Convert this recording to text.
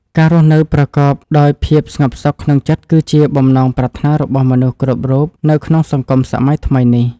ការរស់នៅប្រកបដោយភាពស្ងប់សុខក្នុងចិត្តគឺជាបំណងប្រាថ្នារបស់មនុស្សគ្រប់រូបនៅក្នុងសង្គមសម័យថ្មីនេះ។